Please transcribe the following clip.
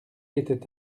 était